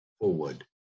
forward